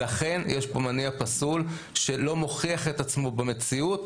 לכן יש פה מניע פסול שלא מוכיח את עצמו במציאות,